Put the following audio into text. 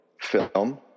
film